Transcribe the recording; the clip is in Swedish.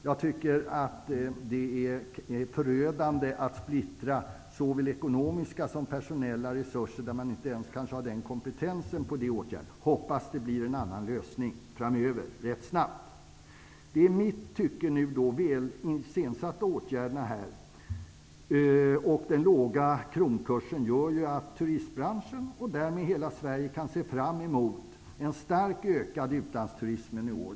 Jag tycker att det är förödande att splittra såväl ekonomiska som personella resurser, där man kanske inte ens har kompetens för dessa åtgärder. Jag hoppas att det blir en annan lösning framöver och att det kommer att ske snabbt. Det i mitt tycke väl iscensatta åtgärderna och den låga kronkursen gör att turistbranschen och därmed hela Sverige kan se fram emot en starkt ökad utlandsturism i år.